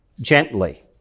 Gently